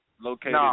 located